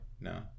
No